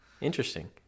Interesting